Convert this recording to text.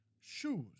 Shoes